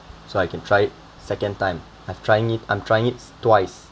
so I can try it second time I've trying it I'm trying it twice